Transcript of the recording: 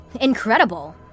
Incredible